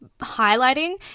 highlighting